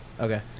Okay